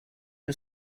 you